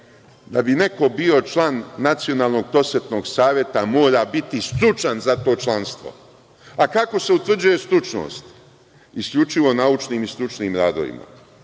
ti. Da bi neko bio član Nacionalnog prosvetnog saveta, mora biti stručan za to članstvo. Kako se utvrđuje stručnost? Isključivo naučnim i stručnim radovima.